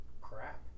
crap